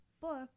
book